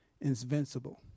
invincible